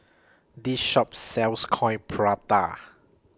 This Shop sells Coin Prata